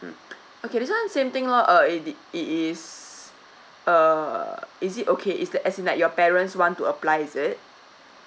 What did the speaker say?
mm okay this one same thing loh uh it it it is err is it okay is that as in like your parents want to apply is it